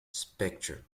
spectrum